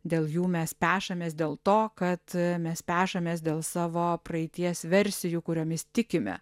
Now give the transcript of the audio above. dėl jų mes pešamės dėl to kad mes pešamės dėl savo praeities versijų kuriomis tikime